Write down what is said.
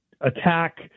attack